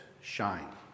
shine